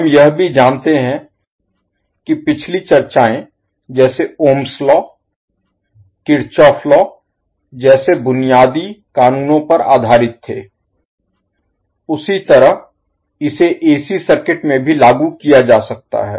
हम यह भी जानते हैं कि पिछली चर्चाएँ जैसे Ohm's law Kirchhoff law Kirchoff's Law जैसे बुनियादी कानूनों पर आधारित थे उसी तरह इसे एसी सर्किट में भी लागू किया जा सकता है